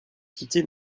quitter